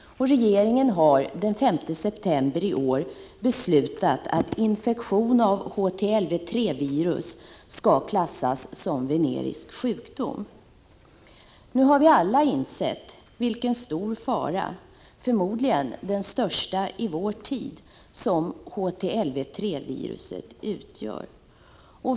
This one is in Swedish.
Regeringen har den 5 september i år beslutat att infektion av HTLV-III-viruset skall klassas som venerisk sjukdom. Nu har vi alla insett vilken stor fara, förmodligen den största i vår tid, som HTLV-III-viruset utgör.